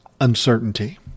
uncertainty